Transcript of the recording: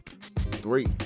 Three